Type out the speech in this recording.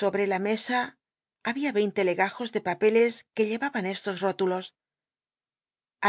sobre la mesa había veinte hw papeles que llevaban estos rótulos